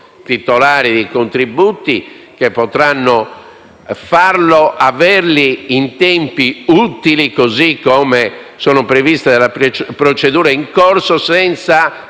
titolari di contributi e che potranno averli in tempi utili, così come sono previsti dalla procedura in corso, senza